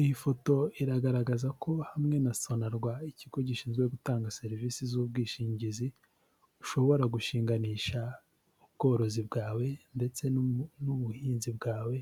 Iyi foto iragaragaza ko hamwe na Sonarwa ikigo gishinzwe gutanga serivisi z'ubwishingizi, ushobora gushinganisha ubworozi bwawe ndetse n'ubuhinzi bwawe